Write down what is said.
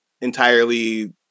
entirely